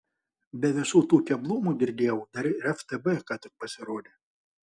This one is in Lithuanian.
be visų tų keblumų girdėjau dar ir ftb ką tik pasirodė